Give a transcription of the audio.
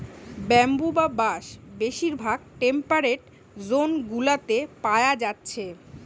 bamboo বা বাঁশ বেশিরভাগ টেম্পেরেট জোন গুলাতে পায়া যাচ্ছে